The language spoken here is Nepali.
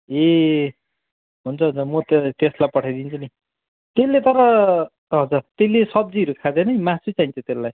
ए हुन्छ हुन्छ म त्यसलाई पठाइदिन्छु नि त्यसले तर हजुर त्यसले सब्जीहरू खाँदैन है मासु चाहिन्छ त्यसलाई